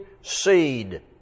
seed